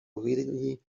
readily